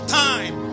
time